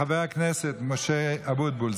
חבר הכנסת משה אבוטבול,